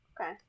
Okay